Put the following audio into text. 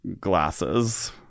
glasses